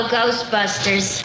Ghostbusters